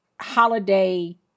holiday